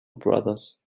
brothers